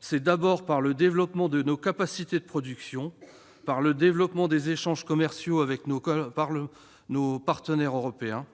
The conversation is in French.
c'est d'abord par le développement de nos capacités de production et des échanges commerciaux avec nos partenaires européens.